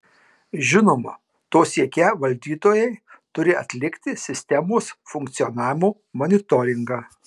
žinoma to siekią valdytojai turi atlikti sistemos funkcionavimo monitoringą